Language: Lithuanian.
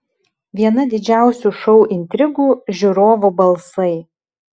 viena didžiausių šou intrigų žiūrovų balsai